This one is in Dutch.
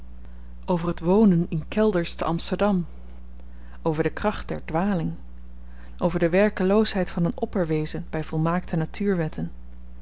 over het wonen in kelders te amsterdam over de kracht der dwaling over de werkeloosheid van een opperwezen by volmaakte natuurwetten